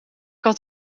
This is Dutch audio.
had